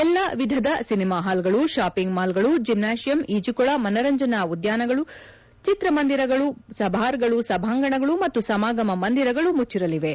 ಎಲ್ಡಾ ವಿಧದ ಸಿನಿಮಾ ಹಾಲ್ಗಳು ಶಾಪಿಂಗ್ ಮಾಲ್ಗಳು ಜಿಮ್ನೇಷಿಯಂ ಈಜುಕೊಳ ಮನರಂಜನಾ ಉದ್ಯಾನಗಳು ಚಿತ್ರಮಂದಿರಗಳು ಬಾರ್ಗಳು ಸಭಾಂಗಣಗಳು ಹಾಗೂ ಸಮಾಗಮ ಮಂದಿರಗಳು ಮುಚ್ಚಿರಲಿವೆ